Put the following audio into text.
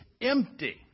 empty